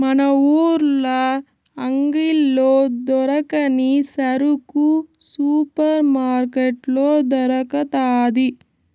మన ఊర్ల అంగిల్లో దొరకని సరుకు సూపర్ మార్కట్లో దొరకతాది